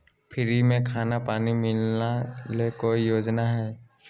Free में खाना पानी मिलना ले कोइ योजना हय?